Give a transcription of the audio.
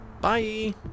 bye